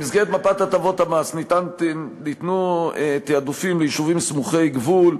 במסגרת מפת הטבות המס ניתנו תעדופים ליישובים סמוכי-גבול,